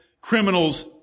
criminals